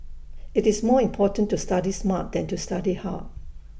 IT is more important to study smart than to study hard